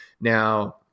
Now